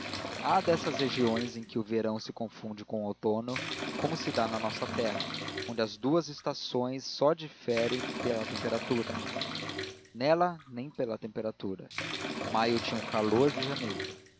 há dessas regiões em que o verão se confunde com o outono como se dá na nossa terra onde as duas estações só diferem pela temperatura nela nem pela temperatura maio tinha o calor de janeiro